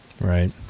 Right